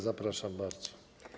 Zapraszam bardzo.